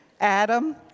adam